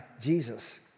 Jesus